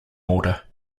order